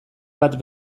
bat